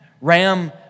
Ram